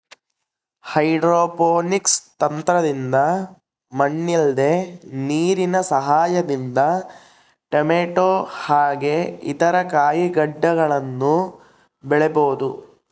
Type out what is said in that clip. hydroponics ತಂತ್ರದಿಂದ ಮಣ್ಣಿಲ್ದೆ ನೀರಿನ ಸಹಾಯದಿಂದ ಟೊಮೇಟೊ ಹಾಗೆ ಇತರ ಕಾಯಿಗಡ್ಡೆಗಳನ್ನ ಬೆಳಿಬೊದು